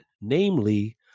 namely